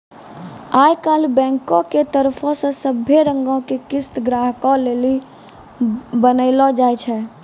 आई काल्हि बैंको के तरफो से सभै रंगो के किस्त ग्राहको लेली बनैलो जाय छै